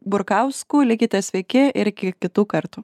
burkausku likite sveiki ir iki kitų kartų